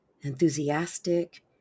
enthusiastic